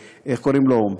איך קוראים לו?